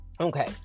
Okay